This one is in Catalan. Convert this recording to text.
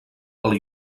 del